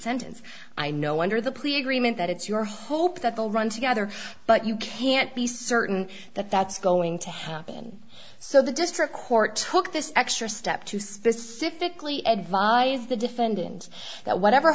sentence i know under the plea agreement that it's your hope that they'll run together but you can't be certain that that's going to happen so the district court took this extra step to specifically advise the defendant that whatever